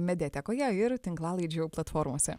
mediatekoje ir tinklalaidžių platformose